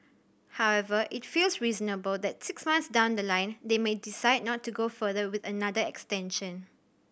however it feels reasonable that six months down the line they may decide not to go further with another extension